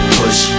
push